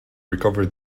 recover